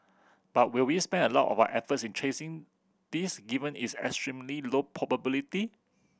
but will we spend a lot of efforts in chasing this given its extremely low probability